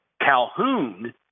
Calhoun